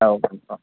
औ अ अ